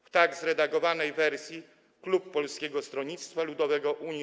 W tak zredagowanej wersji klub Polskiego Stronnictwa Ludowego - Unii